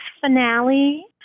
finale